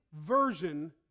version